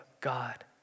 God